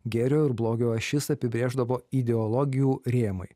gėrio ir blogio ašis apibrėždavo ideologijų rėmai